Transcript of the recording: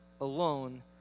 alone